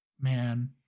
man